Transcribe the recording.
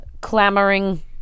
clamoring